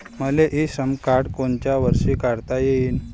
मले इ श्रम कार्ड कोनच्या वर्षी काढता येईन?